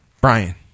Brian